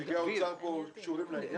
נציגי האוצר פה קשורים לעניין הזה?